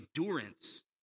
endurance